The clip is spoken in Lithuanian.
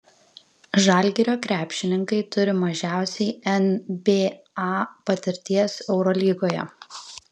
žalgirio krepšininkai turi mažiausiai nba patirties eurolygoje